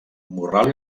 morral